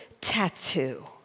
tattoo